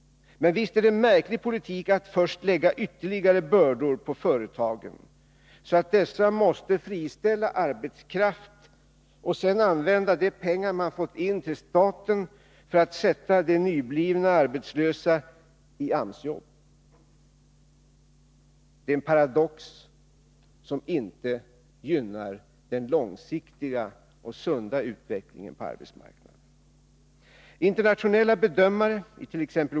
Men visst är det en märklig politik att först lägga ytterligare bördor på företagen så att dessa måste friställa arbetskraft, och sedan använda de pengar man fått in till staten till att sätta de nyblivna arbetslösa i AMS-jobb. Det är en paradox som inte gynnar den långsiktiga och sunda utvecklingen på arbetsmarknaden. Internationella bedömare — it.ex.